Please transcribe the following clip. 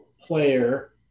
player